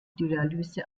dialyse